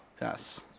yes